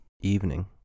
evening